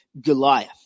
Goliath